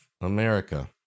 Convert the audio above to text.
America